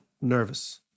nervous